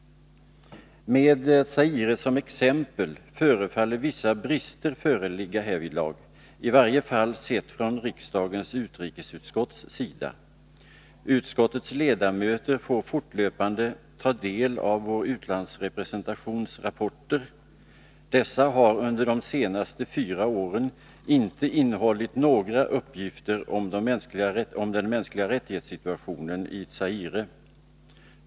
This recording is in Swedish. Med Zaire som exempel förefaller vissa brister föreligga härvidlag, i varje fall sett från riksdagens utrikesutskotts sida. Utskottets ledamöter får fortlöpande ta del av vår utlandsrepresentations rapporter. Dessa har under de senaste fyra åren inte innehållit några uppgifter om situationen vad beträffar de mänskliga rättigheterna i Zaire.